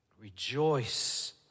Rejoice